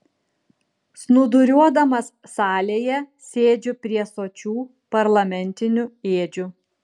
snūduriuodamas salėje sėdžiu prie sočių parlamentinių ėdžių